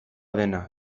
dena